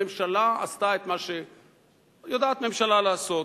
הממשלה עשתה את מה שיודעת ממשלה לעשות.